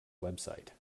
website